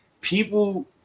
People